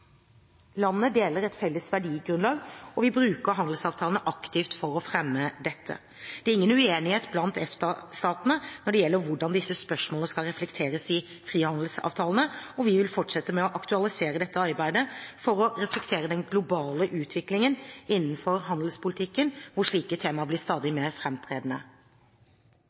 deler et felles verdigrunnlag, og vi bruker handelsavtalene aktivt for å fremme dette. Det er ingen uenighet blant EFTA-statene når det gjelder hvordan disse spørsmålene skal reflekteres i frihandelsavtalene, og vi vil fortsette med å aktualisere dette arbeidet for å reflektere den globale utviklingen innenfor handelspolitikken der slike temaer blir stadig mer